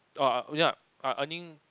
uh ya I earning